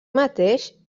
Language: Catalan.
mateix